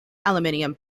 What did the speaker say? aluminium